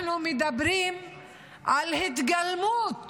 אנחנו מדברים על התגלמות